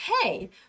hey